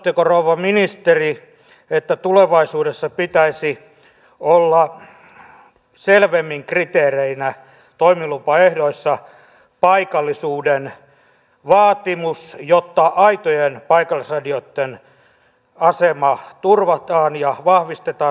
katsotteko rouva ministeri että tulevaisuudessa pitäisi olla selvemmin kriteerinä toimilupaehdoissa paikallisuuden vaatimus jotta aitojen paikallisradioitten asema turvataan ja vahvistetaan suomalaisomisteisuutta